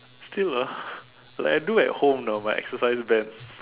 still lah like I do at home you know my exercise band